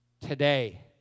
today